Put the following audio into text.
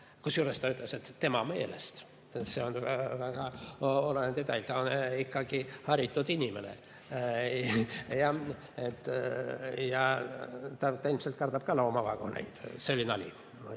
kusjuures ta ütles, et tema meelest. See on väga oluline detail. Ta on ikkagi haritud inimene. Ta ilmselt kardab ka loomavaguneid. See oli nali.